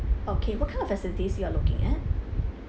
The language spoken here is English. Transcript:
okay what kind of facilities you are looking at